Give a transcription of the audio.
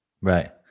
Right